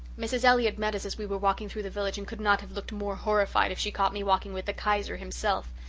mrs. elliott met us as we were walking through the village and could not have looked more horrified if she caught me walking with the kaiser himself.